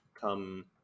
come